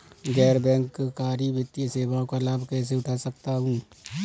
गैर बैंककारी वित्तीय सेवाओं का लाभ कैसे उठा सकता हूँ?